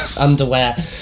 underwear